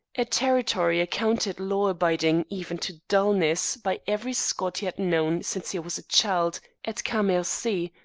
a territory accounted law-abiding even to dul-ness by every scot he had known since he was a child at cammercy,